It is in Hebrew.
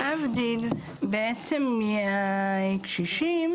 להבדיל מהקשישים